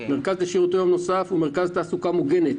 מרכז לשירותי יום נוסף הוא מרכז לתעסוקה מוגנת,